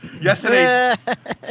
Yesterday